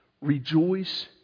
Rejoice